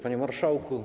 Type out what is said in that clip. Panie Marszałku!